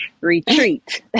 retreat